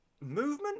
movement